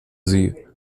sie